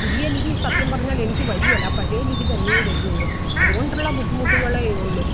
പുതിയ ലിപി സത്യം പറഞ്ഞാലെനിക്ക് വരിയേല ആ പഴയ ലിപി തന്നെയേ വരികയുള്ളു അതുകൊണ്ടുള്ള ബുദ്ധിമുട്ടുകളെ ഉള്ളു